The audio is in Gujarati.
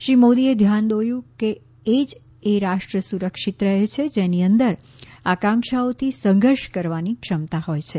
શ્રી મોદીએ ધ્યાન દોર્યું કે એ જ રાષ્ટ્ર સુરક્ષિત રહે છે જેની અંદર આકાંક્ષાઓથી સંઘર્ષ કરવાની ક્ષમતા હોય છે